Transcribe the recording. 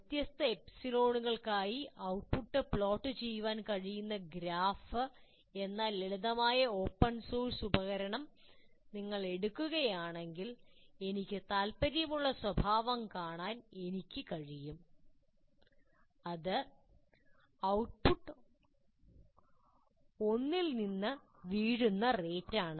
വ്യത്യസ്ത എപ്സിലോണുകൾക്കായി output plot ചെയ്യാൻ കഴിയുന്ന ഗ്രാഫ് എന്ന ലളിതമായ ഓപ്പൺ സോഴ്സ് ഉപകരണം നിങ്ങൾ എടുക്കുകയാണെങ്കിൽ എനിക്ക് താൽപ്പര്യമുള്ള സ്വഭാവം എനിക്ക് കാണാൻ കഴിയും അത് ഔട്ട്പുട്ട് 1 ൽ നിന്ന് വീഴുന്ന റേറ്റാണ്